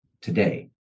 today